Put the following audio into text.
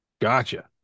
Gotcha